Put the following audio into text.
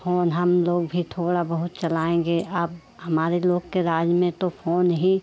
phone हम लोग भी थोड़ा बहुत चलाएंगे अब हमारे लोग के राज में तो फोन ही